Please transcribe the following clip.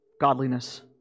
godliness